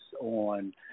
on